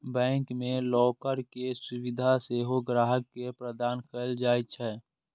bank मे locker के सुविधा सेहो ग्राहक के प्रदान कैल जाइ छै